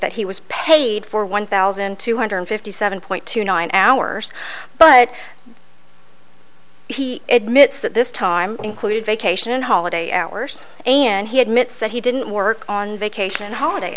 that he was paid for one thousand two hundred fifty seven point two nine hours but he admits that this time included vacation and holiday hours and he admits that he didn't work on vacation holiday